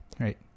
Right